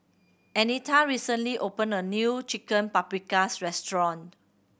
Anita recently opened a new Chicken Paprikas Restaurant